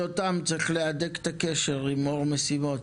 צריך להדק את הקשר עם אור משימות